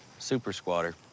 super-squatter.